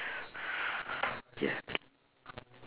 ya